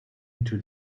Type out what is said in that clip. into